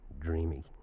dreamy